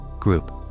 Group